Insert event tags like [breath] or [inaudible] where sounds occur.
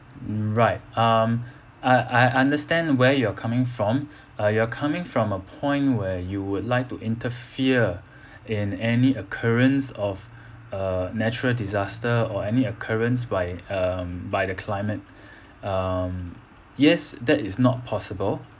right um I I understand where you're coming from [breath] uh you're coming from a point where you would like to interfere [breath] in any occurrence of [breath] uh natural disaster or any occurrence by um by the climate [breath] um yes that is not possible